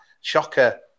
shocker